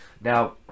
now